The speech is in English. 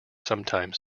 sometime